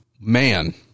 man